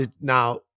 now